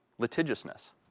litigiousness